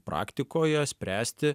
praktikoje spręsti